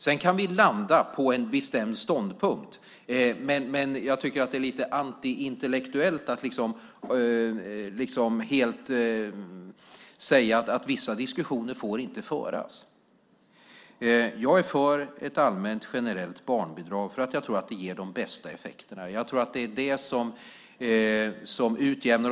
Sedan kan vi landa på en bestämd ståndpunkt, men jag tycker att det är lite antiintellektuellt att bara säga att vissa diskussioner inte får föras. Jag är för ett allmänt generellt barnbidrag därför att jag tror att det ger de bästa effekterna. Jag tror att det är det som utjämnar.